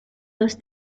los